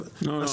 לא, לא.